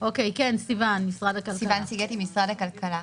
משרד הכלכלה.